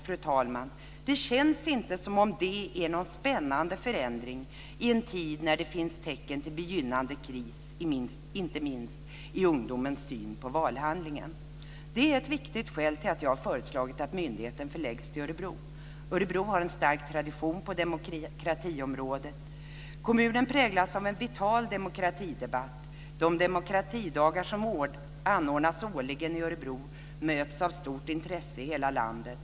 Det känns, med förlov sagt, inte som att det är en spännande förändring i en tid där det finns tecken på en begynnande kris, inte minst i ungdomens syn på valhandlingen. Detta är ett viktigt skäl till att jag har föreslagit att myndigheten förläggs till Örebro. Örebro har en stark tradition på demokratiområdet. Kommunen präglas av en vital demokratidebatt. De demokratidagar som årligen anordnas i Örebro möts av stort intresse i hela landet.